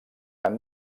han